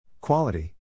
Quality